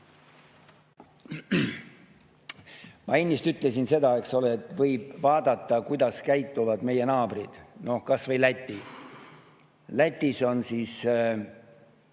Ma ennist ütlesin seda, et võib vaadata, kuidas käituvad meie naabrid, no kas või Läti. Lätis tänase